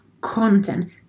content